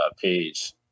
page